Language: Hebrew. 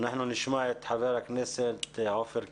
אנחנו נשמע את חבר הכנסת עופר כסיף,